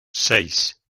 seis